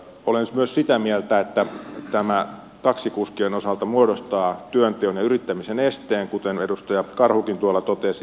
olen myös sitä mieltä että tämä taksikuskien osalta muodostaa työnteon ja yrittämisen esteen kuten edustaja karhukin totesi